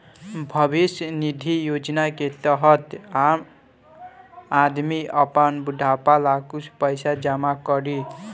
भविष्य निधि योजना के तहत आदमी आपन बुढ़ापा ला कुछ पइसा जमा करी